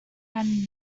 avenue